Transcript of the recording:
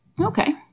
Okay